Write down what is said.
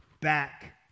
back